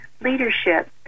leadership